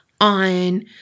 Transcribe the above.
on